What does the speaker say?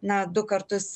na du kartus